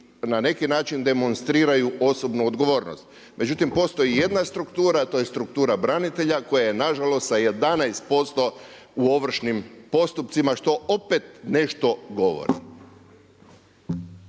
na neki način demonstriraju osobnu odgovornost. Međutim, postoji jedna struktura, a to je struktura branitelja koja je na žalost sa 11% u ovršnim postupcima što opet nešto govori.